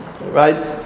right